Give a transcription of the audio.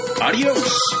adios